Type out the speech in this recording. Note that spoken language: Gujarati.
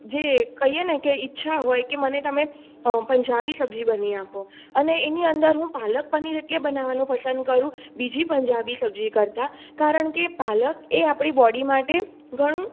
જે કહીએ ને કે ઈચ્છા હોય કે મને તમે પંજાબી સબ્જી બનાવી આપો અને એની અંદર હુ પાલક પનીર એટલે બનાવવાનું પસંદ કરું બીજી પંજાબી સબ્જી કરતા કારણ કે પાલક એ આપણી બોડી માટે ઘણું